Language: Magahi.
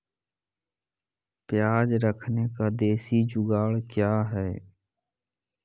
प्याज रखने का देसी जुगाड़ क्या है?